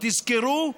תזכרו,